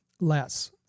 Less